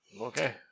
Okay